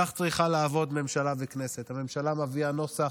כך צריכות לעבוד ממשלה וכנסת: הממשלה מביאה נוסח,